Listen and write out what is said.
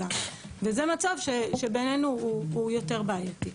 וזה מצב שבעינינו הוא יותר בעייתי.